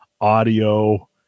audio